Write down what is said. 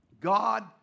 God